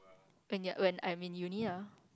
when when I'm in Uni ah